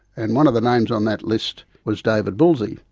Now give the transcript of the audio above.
and one of the names on that list was david bulsey.